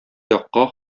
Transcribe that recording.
якка